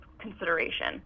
consideration